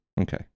Okay